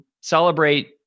celebrate